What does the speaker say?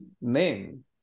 name